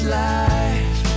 life